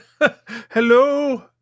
Hello